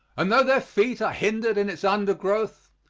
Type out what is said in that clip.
and though their feet are hindered in its undergrowth,